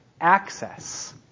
access